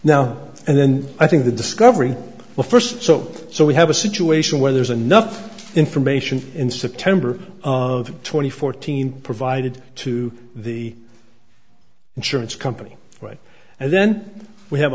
now and then i think the discovery well first so so we have a situation where there's enough information in september of two thousand and fourteen provided to the insurance company right and then we have